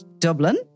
Dublin